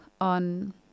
on